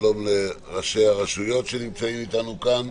שלום לראשי הרשויות שנמצאים איתנו כאן.